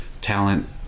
talent